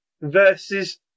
versus